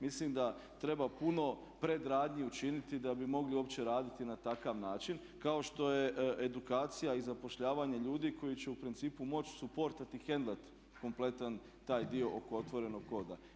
Mislim da treba puno predradnji učiniti da bi mogli uopće raditi na takav način kao što je edukacija i zapošljavanje ljudi koji će u principu moći podržavati i hendlati kompletan taj dio oko otvorenog koda.